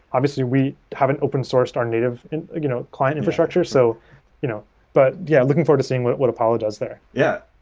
obviously, we haven't open-sourced our native and you know client infrastructure. so you know but yeah, looking forward to seeing what what apollo does there. yeah,